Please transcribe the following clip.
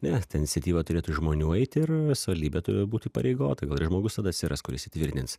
ne ta iniciatyva turėtų iš žmonių eit ir savaldybė tu būt įpareigota gal ir žmogus tada atsiras kuris įtvirtins